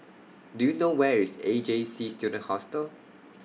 Do YOU know Where IS A J C Student Hostel